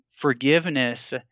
Forgiveness